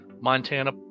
Montana